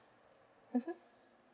mmhmm